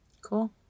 cool